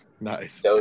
nice